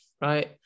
right